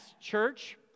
Church